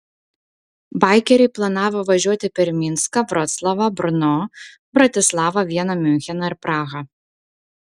baikeriai planavo važiuoti per minską vroclavą brno bratislavą vieną miuncheną ir prahą